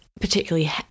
particularly